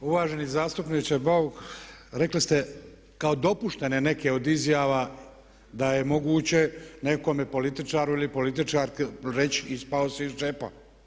Uvaženi zastupniče Bauk, rekli ste kao dopuštene neke od izjava da je moguće nekome političaru ili političarki reći ispao si iz džepa.